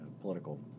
political